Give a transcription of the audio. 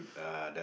uh